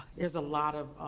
there's a lot of